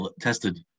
tested